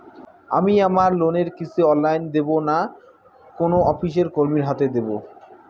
আমি আমার লোনের কিস্তি অনলাইন দেবো না কোনো অফিসের কর্মীর হাতে দেবো?